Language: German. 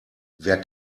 wer